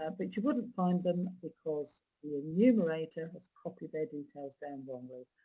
ah but you wouldn't find them, because the enumerator has copied their details down wrongly.